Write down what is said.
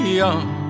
young